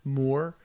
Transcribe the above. more